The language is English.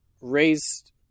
raised